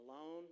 alone